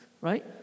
right